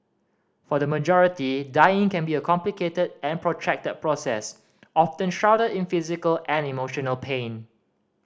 for the majority dying can be a complicated and protracted process often shrouded in physical and emotional pain